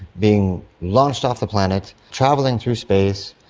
being launched off the planet, travelling through space,